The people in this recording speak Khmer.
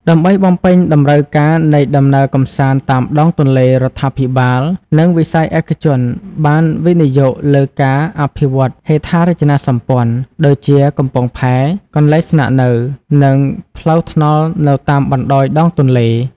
ដើម្បីបំពេញតម្រូវការនៃដំណើរកម្សាន្តតាមដងទន្លេ រដ្ឋាភិបាល និងវិស័យឯកជនបានវិនិយោគលើការអភិវឌ្ឍហេដ្ឋារចនាសម្ព័ន្ធ ដូចជាកំពង់ផែ កន្លែងស្នាក់នៅ និងផ្លូវថ្នល់នៅតាមបណ្តោយដងទន្លេ។